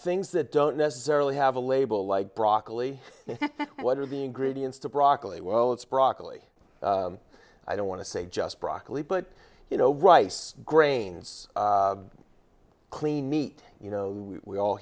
things that don't necessarily have a label like broccoli what are the ingredients to broccoli well it's broccoli i don't want to say just broccoli but you know rice grains clean meat you know we all